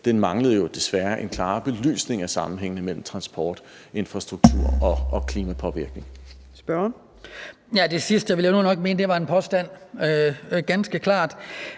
af, manglede jo desværre en klarere belysning af sammenhængen mellem transport, infrastruktur og klimapåvirkning.